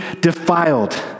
defiled